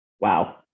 Wow